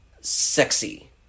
sexy